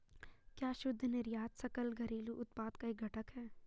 क्या शुद्ध निर्यात सकल घरेलू उत्पाद का एक घटक है?